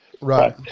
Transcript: right